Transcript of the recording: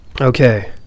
okay